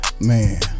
Man